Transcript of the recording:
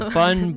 fun